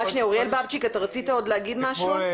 אוריאל בבצ'יק, רצית להגיד משהו?